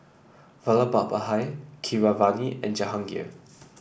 Vallabhbhai Keeravani and Jehangirr